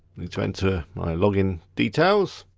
going to enter my login details.